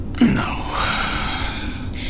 no